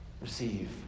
receive